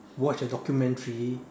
watch the documentary